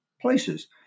places